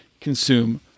consume